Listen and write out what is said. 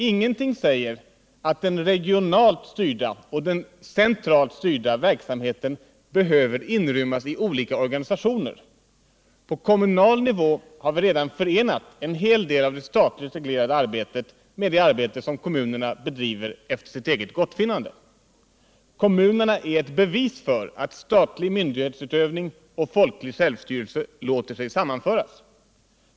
Ingenting säger att den regionalt styrda och den centralt styrda verksamheten behöver inrymmas i olika organisationer. På kommunal nivå har vi redan förenat en hel del av det statligt reglerade arbetet med det arbete som kommunerna bedriver efter sitt eget gottfinnande. Kommunerna är ett bevis för att statlig myndighetsutövning och folklig självstyrelse låter sig sammanföras.